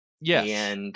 Yes